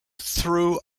through